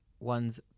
One's